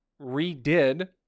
redid